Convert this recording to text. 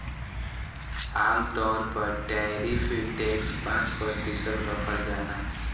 आमतौर पर tariff tax पाँच प्रतिशत राखल जाला